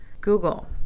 Google